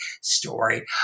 story